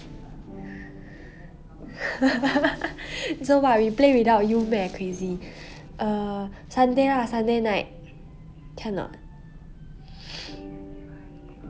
so what we play without you meh crazy err sunday lah sunday night can or not